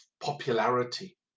popularity